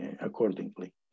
accordingly